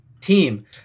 team